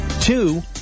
Two